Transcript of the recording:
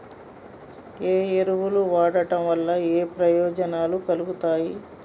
ఏ ఎరువులు వాడటం వల్ల ఏయే ప్రయోజనాలు కలుగుతయి?